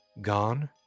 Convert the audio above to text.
gone